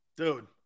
Dude